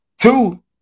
two